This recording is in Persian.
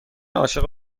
عاشق